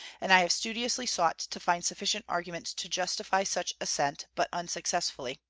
and i have studiously sought to find sufficient arguments to justify such assent, but unsuccessfully.